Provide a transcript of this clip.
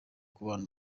kubona